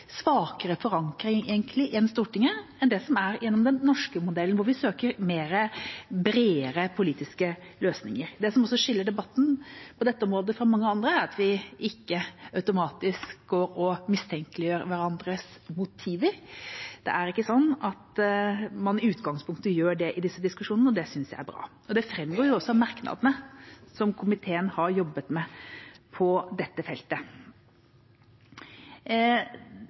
svakere forankring enn det man har i Stortinget gjennom den norske modellen, hvor vi søker bredere politiske løsninger. Det som også skiller debatten på dette området fra mange andre, er at vi ikke automatisk går og mistenkeliggjør hverandres motiver. Det er ikke sånn at man i utgangspunktet gjør det i disse diskusjonene, og det synes jeg er bra. Det framgår jo også av merknadene som komiteen har jobbet med på dette feltet.